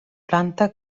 planta